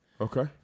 Okay